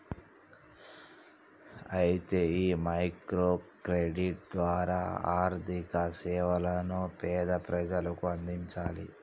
అయితే ఈ micro credit ద్వారా ఆర్థిక సేవలను పేద ప్రజలకు అందించాలి